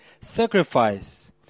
sacrifice